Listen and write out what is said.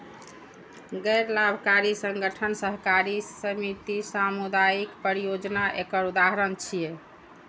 गैर लाभकारी संगठन, सहकारी समिति, सामुदायिक परियोजना एकर उदाहरण छियै